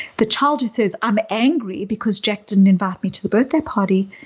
the child who says i'm angry because jack didn't invite me to the birthday party.